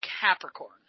Capricorn